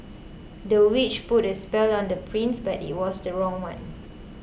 the witch put a spell on the prince but it was the wrong one